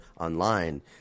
online